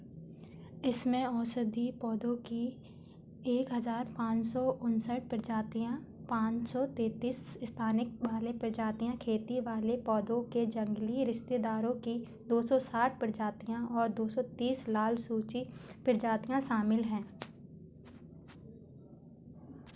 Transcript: इसमें औषधि पौधों की एक हज़ार पाँच सौ उनसठ प्रजातियाँ पाँच सौ तैंतीस स्थानिक वाले प्रजातियाँ खेती वाले पौधों के जंगली रिश्तेदारों की दो सौ साठ प्रजातियाँ और दो सौ तीस लाल सूची प्रजातियाँ शामिल हैं